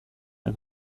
and